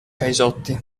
caisotti